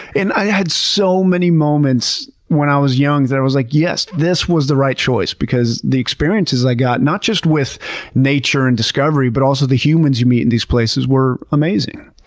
and i had so many moments when i was young that i was like, yes, this was the right choice, because the experiences i got, not just with nature and discovery, but also the humans you meet in these places were amazing.